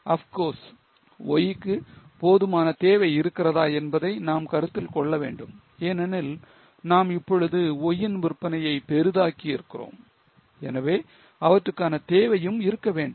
Of course Y க்கு போதுமான தேவை இருக்கிறதா என்பதை நாம் கருத்தில் கொள்ள வேண்டும் ஏனெனில் நாம் இப்பொழுது Y யின் விற்பனையை பெரிதாக்கி இருக்கிறோம் எனவே அவற்றுக்கான தேவையும் இருக்க வேண்டும்